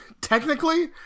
technically